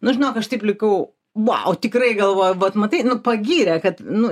nu žinok aš taip likau vau tikrai galvoju vat matai nu pagyrė kad nu